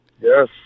Yes